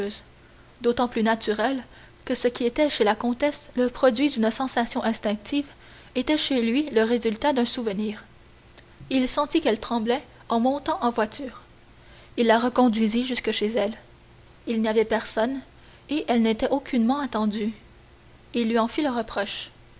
d'autant plus naturelle que ce qui était chez la comtesse le produit d'une sensation instinctive était chez lui le résultat d'un souvenir il sentit qu'elle tremblait en montant en voiture il la reconduisit jusque chez elle il n'y avait personne et elle n'était aucunement attendue il lui en fit le reproche